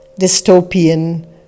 dystopian